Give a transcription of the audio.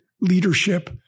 leadership